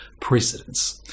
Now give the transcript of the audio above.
precedence